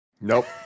nope